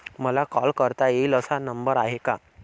मला कॉल करता येईल असा नंबर आहे का?